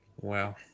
Wow